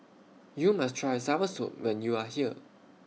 YOU must Try Soursop when YOU Are here